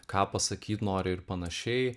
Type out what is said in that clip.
ką pasakyt nori ir panašiai